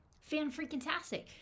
fan-freaking-tastic